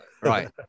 Right